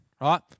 right